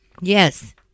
Yes